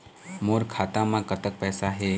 मोर खाता म कतक पैसा हे?